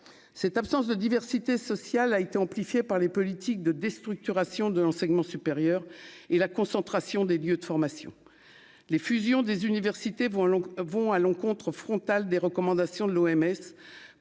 cette absence de diversité sociale a été amplifié par les politiques de déstructuration de l'enseignement supérieur et la concentration des lieux de formation, les fusions des universités vont vont à l'encontre frontale des recommandations de l'OMS